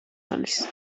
manis